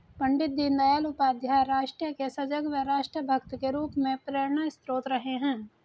पण्डित दीनदयाल उपाध्याय राष्ट्र के सजग व राष्ट्र भक्त के रूप में प्रेरणास्त्रोत रहे हैं